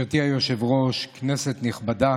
גברתי היושבת-ראש, כנסת נכבדה,